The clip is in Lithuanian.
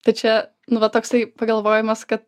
tai čia nu va toksai pagalvojimas kad